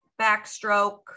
backstroke